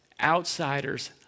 outsiders